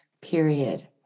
period